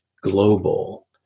global